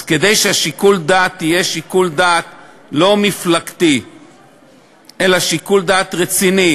אז כדי ששיקול הדעת יהיה שיקול דעת לא מפלגתי אלא שיקול דעת רציני,